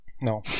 No